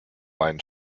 einen